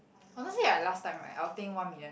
honestly like last time right I will think one million